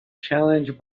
challenged